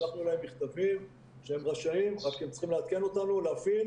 שלחנו להם מכתבים שהם רשאים רק הם צריכים לעדכן אותנו להפעיל